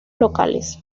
locales